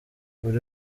buri